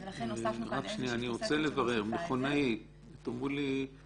אז אם אני מבינה את זה נכון, מדובר בטייסים,